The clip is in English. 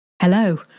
Hello